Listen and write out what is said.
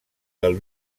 del